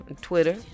Twitter